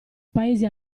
paesi